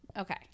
Okay